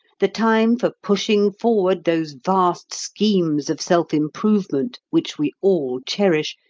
the time for pushing forward those vast schemes of self-improvement which we all cherish,